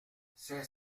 c’est